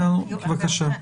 בבקשה.